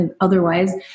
otherwise